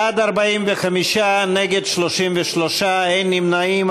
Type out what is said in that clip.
בעד, 45, נגד, 33, אין נמנעים.